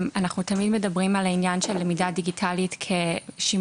אנחנו תמיד מדברים על העניין של למידה דיגיטלית כשימוש